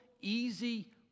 easy